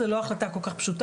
זאת לא החלטה כל כך פשוטה.